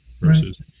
versus